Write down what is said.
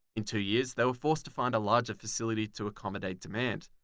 in two years they were forced to find a larger facility to accommodate demand.